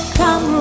come